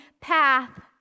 path